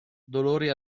dolori